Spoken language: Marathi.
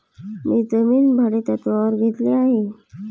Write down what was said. मी जमीन भाडेतत्त्वावर घेतली आहे